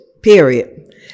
period